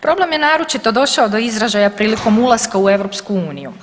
Problem je naročito došao do izražaja prilikom ulaska u EU.